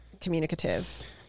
communicative